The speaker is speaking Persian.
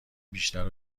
بیشتر